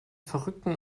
verrückten